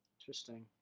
Interesting